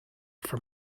from